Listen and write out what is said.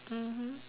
mmhmm